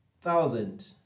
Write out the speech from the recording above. thousand